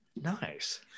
nice